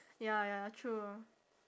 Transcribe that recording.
ya ya true